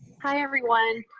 hi everyone,